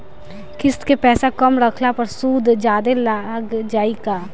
किश्त के पैसा कम रखला पर सूद जादे लाग जायी का?